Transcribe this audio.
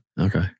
Okay